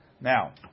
Now